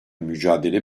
mücadele